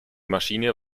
maschine